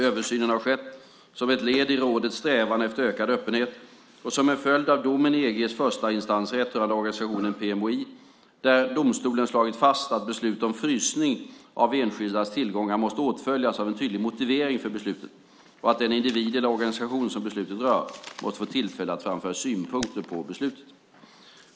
Översynen har skett som ett led i rådets strävan efter ökad öppenhet och som en följd av domen i EG:s förstainstansrätt rörande organisationen PMOI, där domstolen slagit fast att beslut om frysning av enskildas tillgångar måste åtföljas av en tydlig motivering för beslutet och att den individ eller organisation som beslutet rör måste få tillfälle att framföra synpunkter på beslutet.